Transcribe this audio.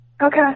okay